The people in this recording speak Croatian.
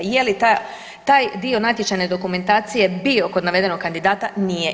Je li taj dio natječajne dokumentacije bio kod navedenog kandidata, nije.